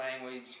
language